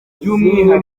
gihe